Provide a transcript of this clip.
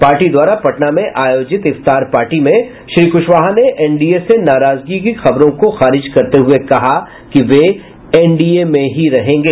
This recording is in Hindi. पार्टी द्वारा पटना में आयोजित इफ्तार पार्टी में श्री कुशवाहा ने एनडीए से नाराजगी की खबरों को खारिज करते हुये कहा कि वे एनडीए में ही रहेंगे